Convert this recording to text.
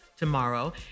tomorrow